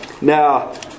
Now